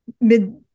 mid